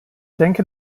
denke